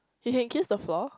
you can kiss the floor